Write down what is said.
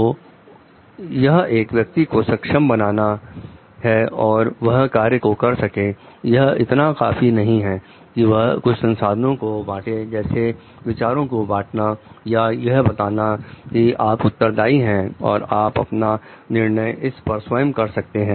तो यह एक व्यक्ति को सक्षम बनाता है कि वह कार्य को कर सके यह इतना काफी नहीं है कि वह कुछ संसाधनों को बांटे जैसे विचारों को बांटना या यह बताना कि आप उत्तरदाई हैं और आप अपना निर्णय इस पर स्वयं कर सकते हैं